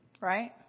Right